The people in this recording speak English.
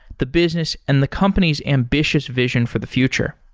the business and the company's ambitious vision for the future.